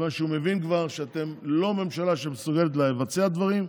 כיוון שהוא כבר מבין שאתם לא ממשלה שמסוגלת לבצע דברים,